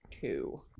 two